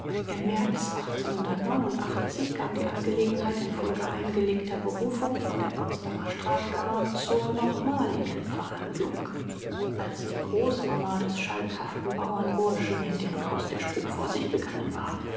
im märz kam die angelegenheit infolge eingelegter berufung vor der potsdamer strafkammer zur nochmaligen verhandlung als die großmama des schalkhaften bauernburschen in deren hause der spuk vor sich gegangen war